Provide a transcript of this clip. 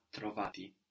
trovati